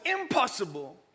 impossible